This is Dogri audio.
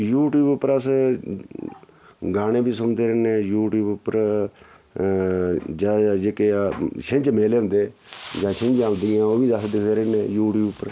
यू ट्यूब उप्पर अस गाने बी सुनदे रैह्ने यू ट्यूब उप्पर ज्यादा जेह्के छिंज मेले होंदे जां छिंजां होंदियां ओह् बी अस दिखदे रौह्ने यू ट्यूब उप्पर